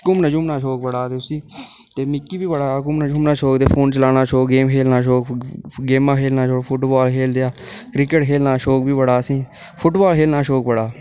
घुम्मना शुम्मना दा शौक बड़ा उसी ते मिगी बी बड़ा घुम्मना शुम्मना दा शौक ते फोन चलाने दा शौक गेम खेढ़ने दा शौक गेमां खेढने दा शौक फुटबाल खेढदे अस क्रिकेट खेढने दा बी शौक बड़ा असें ई फुटबाल खेल्लने दा शौक बड़ा